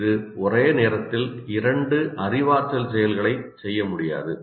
இது ஒரே நேரத்தில் இரண்டு அறிவாற்றல் செயல்களைச் செய்ய முடியாது